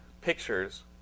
pictures